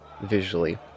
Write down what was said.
visually